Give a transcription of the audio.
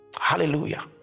hallelujah